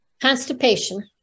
constipation